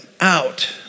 out